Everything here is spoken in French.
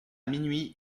minuit